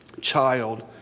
child